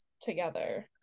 together